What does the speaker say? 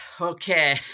okay